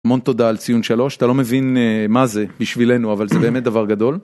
המון תודה על ציון שלוש, אתה לא מבין מה זה בשבילנו, אבל זה באמת דבר גדול.